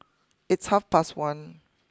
its half past one